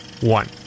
one